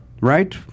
Right